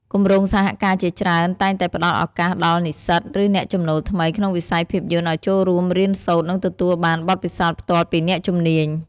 គម្រោងសហការជាច្រើនតែងតែផ្តល់ឱកាសដល់និស្សិត ឬអ្នកចំណូលថ្មី ក្នុងវិស័យភាពយន្តឱ្យចូលរួមរៀនសូត្រ និងទទួលបាន បទពិសោធន៍ផ្ទាល់ពីអ្នកជំនាញ។